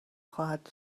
خواهد